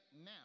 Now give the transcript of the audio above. now